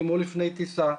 כמו לפני טיסה.